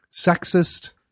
sexist